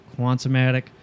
quantumatic